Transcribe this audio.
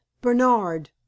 Bernard